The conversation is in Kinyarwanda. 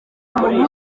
muntu